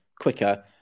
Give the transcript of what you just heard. quicker